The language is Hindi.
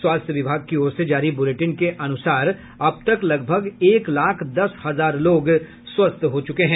स्वास्थ्य विभाग की ओर से जारी बुलेटिन के अनुसार अब तक लगभग एक लाख दस हजार लोग स्वस्थ हो चुके हैं